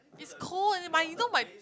it's cold and then mine you know mine